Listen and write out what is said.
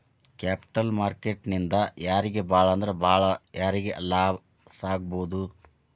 Capital market ನಿಂದಾ ಯಾರಿಗ್ ಭಾಳಂದ್ರ ಭಾಳ್ ಯಾರಿಗ್ ಲಾಸಾಗ್ಬೊದು?